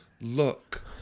Look-